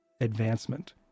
advancement